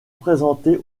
présenter